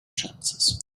chances